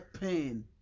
pain